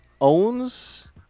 owns